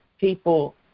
people